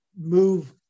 move